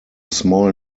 small